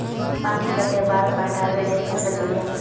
पानी कते बार पटाबे जे फसल बढ़िया होते?